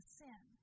sin